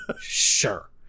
sure